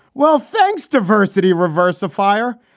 well, thanks, diversity, reverse of fire,